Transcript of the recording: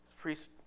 priest